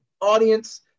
audience